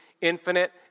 infinite